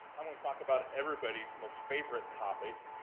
i'm going to talk about everybody's most favorite topic,